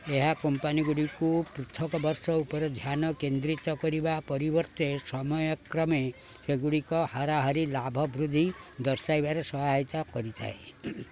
ଏହା କମ୍ପାନୀଗୁଡ଼ିକୁ ପୃଥକ ବର୍ଷ ଉପରେ ଧ୍ୟାନ କେନ୍ଦ୍ରିତ କରିବା ପରିବର୍ତ୍ତେ ସମୟକ୍ରମେ ସେଗୁଡ଼ିକର ହାରାହାରି ଲାଭ ବୃଦ୍ଧି ଦର୍ଶାଇବାରେ ସହାୟତା କରିଥାଏ